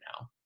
now